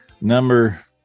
number